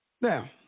Now